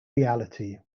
reality